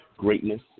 greatness